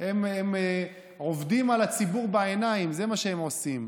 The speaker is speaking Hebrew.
הם עובדים על הציבור בעיניים, זה מה שהם עושים.